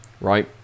right